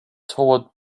toward